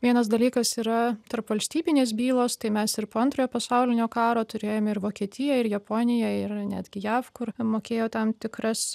vienas dalykas yra tarpvalstybinės bylos tai mes ir po antrojo pasaulinio karo turėjome ir vokietijoj ir japonijoj ir netgi jav kur mokėjo tam tikras